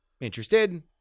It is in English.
interested